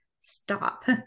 stop